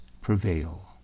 prevail